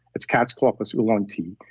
it's cat's claw, it's oolong tea.